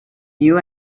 you